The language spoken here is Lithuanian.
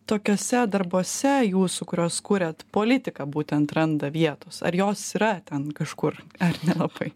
tokiuose darbuose jūsų kuriuos kuriat politika būtent randa vietos ar jos yra ten kažkur ar nelabai